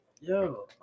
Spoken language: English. Yo